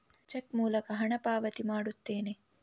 check ಮೂಲಕ ಹಣ ಪಾವತಿ ಮಾಡುತ್ತೇನೆ